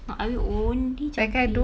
I will only jampi